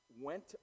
went